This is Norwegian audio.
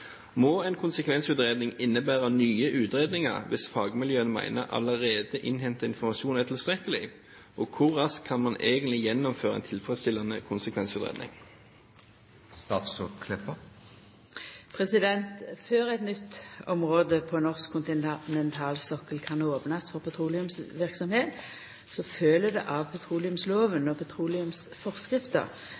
må lages et konsekvensutredningsprogram. Må en konsekvensutredning innebære nye utredninger hvis fagmiljøene mener allerede innhentet informasjon er tilstrekkelig, og hvor raskt kan man egentlig gjennomføre en tilfredsstillende konsekvensutredning?» Før eit nytt område på norsk kontinentalsokkel kan opnast for petroleumsverksemd, følgjer det av petroleumslova og